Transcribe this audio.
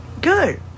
good